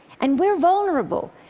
and we're vulnerable.